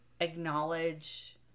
acknowledge